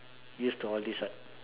used to all this what